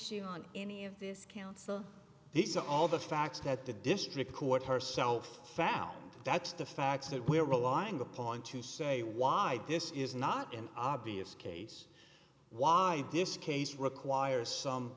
issue on any of this counts these are all the facts that the district court herself found that's the facts that we are relying upon to say why this is not an obvious case why this case requires some